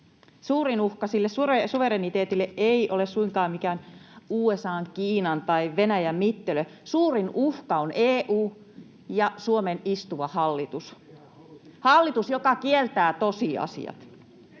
Suurin uhka sille suvereniteetille ei ole suinkaan mikään USA:n, Kiinan tai Venäjän mittelö. Suurin uhka on EU ja Suomen istuva hallitus — hallitus, joka kieltää tosiasiat.